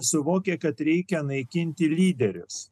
suvokia kad reikia naikinti lyderius